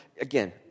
Again